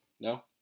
No